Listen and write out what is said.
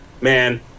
man